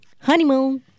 Honeymoon